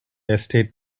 estate